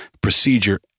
procedure